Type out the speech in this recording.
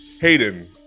Hayden